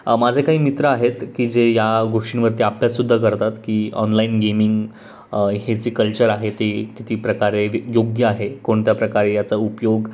माझे काही मित्र आहेत की जे या गोष्टींवरती अभ्याससुद्धा करतात की ऑनलाईन गेमिंग हे जे कल्चर आहे ते किती प्रकारे योग्य आहे कोणत्या प्रकारे याचा उपयोग